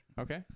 Okay